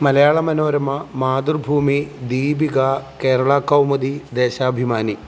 Malayala Manorama Mathrubhumi Deepika Kerala Kaumudi Deshabhimani